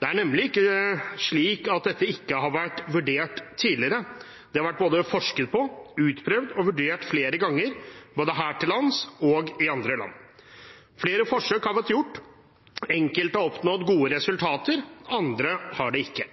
Det er nemlig ikke slik at dette ikke har vært vurdert tidligere. Det har vært både forsket på, utprøvd og vurdert flere ganger, både her til lands og i andre land. Flere forsøk har vært gjort. Enkelte har oppnådd gode resultater, andre har det ikke.